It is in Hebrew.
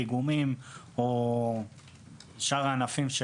מפיגומים או שאר הענפים.